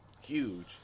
huge